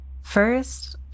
First